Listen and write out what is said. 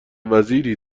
وزیری